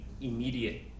immediate